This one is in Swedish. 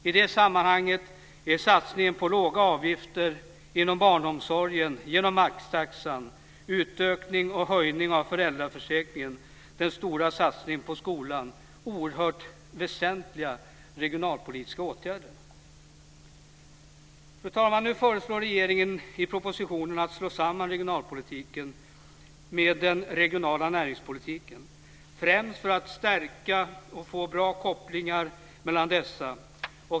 I det sammanhanget är satsningen på låga avgifter inom barnomsorgen genom maxtaxan, utökningen och höjningen av föräldraförsäkringen och den stora satsningen på skolan oerhört väsentliga regionalpolitiska åtgärder. Fru talman! Nu föreslår regeringen i propositionen att slå samman regionalpolitiken med den regionala näringspolitiken, främst för att stärka dessa och få bra kopplingar mellan dem.